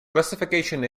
classification